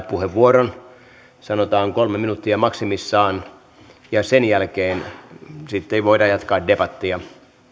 puheenvuoron sanotaan kolme minuuttia maksimissaan ja sen jälkeen sitten voidaan jatkaa debattia